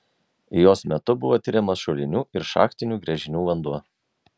jos metu buvo tiriamas šulinių ir šachtinių gręžinių vanduo